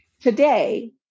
today